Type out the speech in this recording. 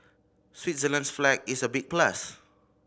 Switzerland's flag is a big plus